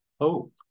hope